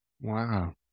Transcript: wow